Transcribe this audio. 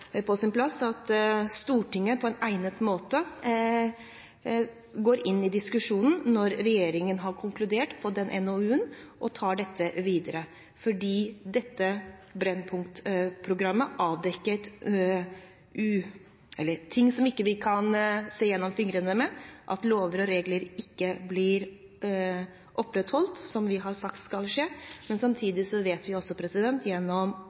den NOU-en, og tar dette videre, for dette Brennpunkt-programmet avdekket ting som vi ikke kan se gjennom fingrene med – at lover og regler ikke blir fulgt, som vi har sagt skal skje. Samtidig vet vi også gjennom